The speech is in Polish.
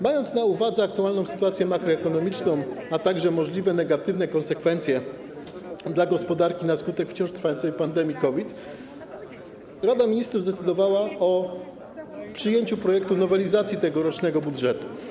Mając na uwadze aktualną sytuację makroekonomiczną, a także możliwe negatywne dla gospodarki konsekwencje wciąż trwającej pandemii COVID, Rada Ministrów zdecydowała o przyjęciu projektu nowelizacji tegorocznego budżetu.